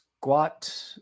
Squat